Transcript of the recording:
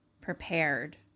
prepared